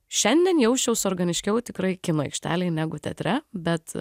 šiandien jausčiaus organiškiau tikrai kino aikštelėj negu teatre bet